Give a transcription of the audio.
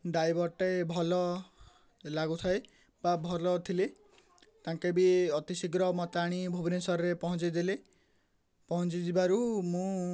ଡ୍ରାଇଭର୍ଟେ ଭଲ ଲାଗୁଥାଏ ବା ଭଲ ଥିଲେ ତାଙ୍କେ ବି ଅତି ଶୀଘ୍ର ମୋତେ ଆଣି ଭୁବନେଶ୍ୱରରେ ପହଁଞ୍ଚେଇ ଦେଲେ ପହଁଞ୍ଚି ଯିବାରୁ ମୁଁ